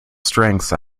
strengths